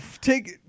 take